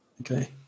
Okay